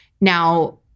Now